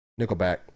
Nickelback